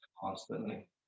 constantly